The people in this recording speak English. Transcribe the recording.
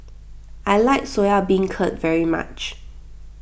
I like Soya Beancurd very much